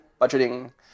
budgeting